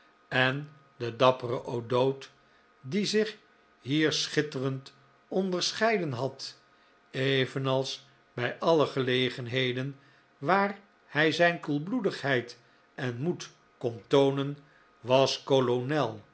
en de dappere o'dowd die zich hier schitterend onderscheiden had evenals bij alle gelegenheden waar hij zijn koelbloedigheid en moed kon toonen was kolonel